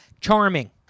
charming